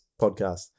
podcast